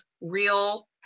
real